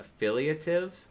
affiliative